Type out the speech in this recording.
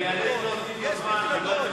אני איאלץ להוסיף לו זמן.